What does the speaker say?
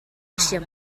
ṭhiam